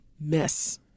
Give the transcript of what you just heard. miss